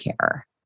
care